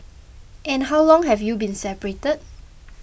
and how long have you been separated